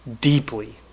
deeply